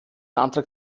antrag